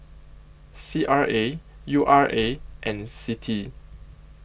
C R A U R A and CITI